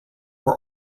were